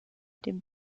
dem